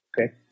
Okay